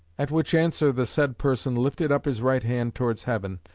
at which answer the said person lifted up his right hand towards heaven,